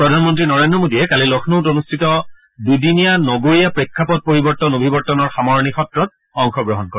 প্ৰধানমন্ত্ৰী নৰেন্দ্ৰ মোডীয়ে কালি লক্ষ্ণৌত অনুষ্ঠিত দুদিনীয়া নগৰীয়া প্ৰেক্ষাপট পৰিৱৰ্তন অভিৱৰ্তনৰ সামৰণী সত্ৰত অংশগ্ৰহণ কৰে